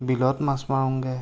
বিলত মাছ মাৰোঁগৈ